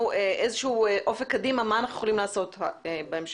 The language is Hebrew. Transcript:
איזה שהוא אופק קדימה מה אנחנו יכולים לעשות בהמשך.